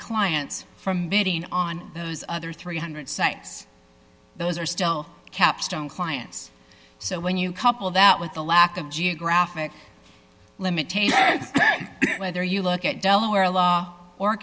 clients from bidding on those other three hundred sites those are still capstone clients so when you couple that with the lack of geographic limit there you look at delaware law or